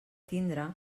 tindre